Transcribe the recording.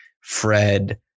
Fred